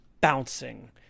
bouncing